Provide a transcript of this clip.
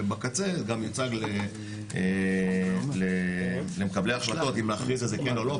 ובקצה גם יוצג למקבלי ההחלטות אם להכריז על זה כן או לא,